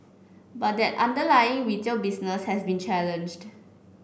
but that underlying retail business has been challenged